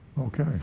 Okay